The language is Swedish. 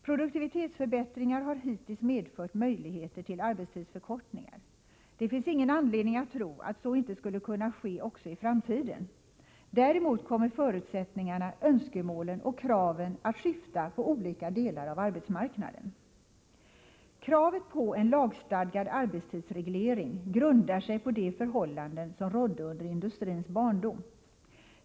Produktivitetsförbättringar har hittills medfört möjligheter till arbetstidsförkortningar. Det finns ingen anledning att tro att det inte skulle kunna bli så också i framtiden. Däremot kommer förutsättningarna, önskemålen och kraven att skifta inom olika delar av arbetsmarknaden. Kravet på en lagstadgad arbetstidsreglering grundar sig på de förhållanden som rådde under industrialismens barndom.